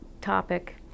topic